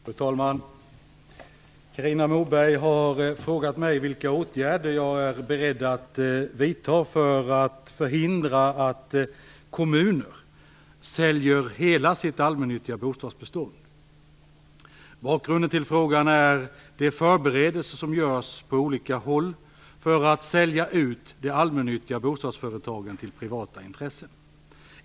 Fru talman! Carina Moberg har frågat mig vilka åtgärder jag är beredd att vidta för att förhindra att kommuner säljer hela sitt allmännyttiga bostadsbestånd. Bakgrunden till frågan är de förberedelser som görs på olika håll för att sälja ut de allmännyttiga bostadsföretagen till privata intressen.